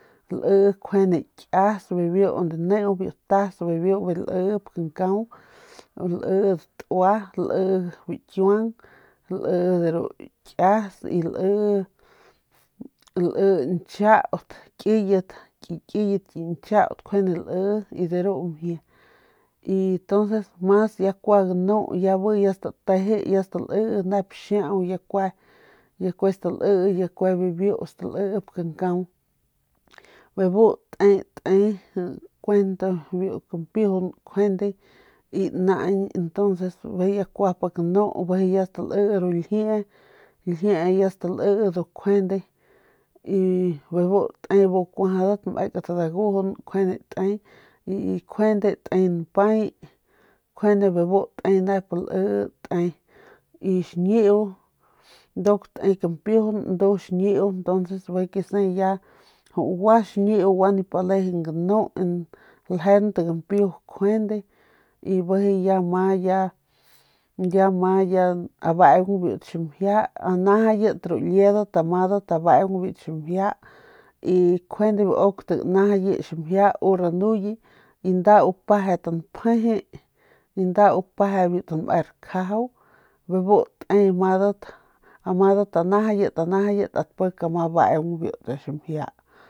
Ki kiyet ki nchaut njuande lii y ya mas kua ganu bi ya stateje ya stali nep xiau ya kue ya kue staii nep xiau ya kue bu kankau te kun nibiu kampiujun nkjuende ya kua pik nu ya stalii ru ljiee ru ljiee ya stalii kjuende y bebu te bu kuajadat dagujun kjuande te y kjuande te npay kjuande bebu te nep lii nduk te kampiujun bijiy kese ya guaxiñiu gua nip lejeng ganu ljeunt gampiu kjuende y bijiy ya ma ya amadat anajayayt anajayat ast pik ma beung biu t ximjia y.